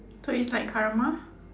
so it's like karma